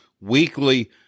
weekly